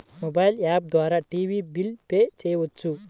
Mobile app ద్వారా TV bill pay చేయవచ్చా?